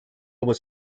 was